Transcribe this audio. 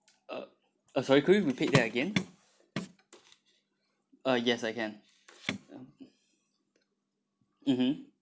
uh sorry could you repeat that again uh yes I can mm mmhmm